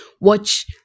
watch